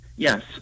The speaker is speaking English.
Yes